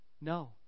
no